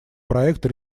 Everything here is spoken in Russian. проекта